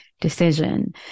decision